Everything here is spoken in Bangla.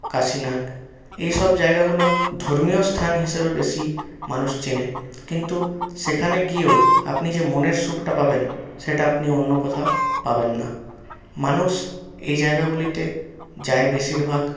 কাশীনাথ এইসব জায়গাগুলো ধর্মীয় স্থান হিসেবে বেশি মানুষ চেনে কিন্তু সেখানে গিয়েও আপনি যে মনের সুখটা পাবেন সেটা আপনি অন্য কোথাও পাবেন না মানুষ এই জায়গাগুলিতে যায় বেশিরভাগ